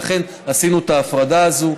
לכן עשינו את ההפרדה הזאת.